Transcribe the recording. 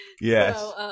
Yes